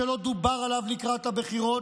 שלא דובר עליו לקראת הבחירות.